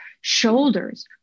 shoulders